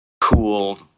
Cool